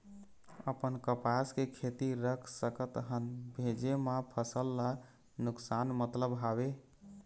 अपन कपास के खेती रख सकत हन भेजे मा फसल ला नुकसान मतलब हावे?